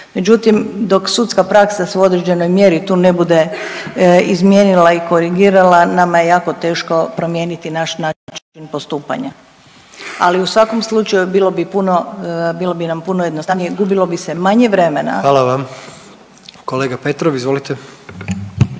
Međutim, dok sudska praksa se u određenoj mjeri tu ne bude izmijenila i korigirala nama je jako teško promijeniti naš način postupanja, ali u svakom slučaju bilo bi puno, bilo bi nam puno jednostavnije gubilo bi se manje vremena. **Jandroković,